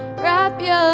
wrap yeah